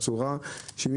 הצורה שלו.